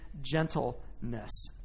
gentleness